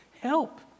help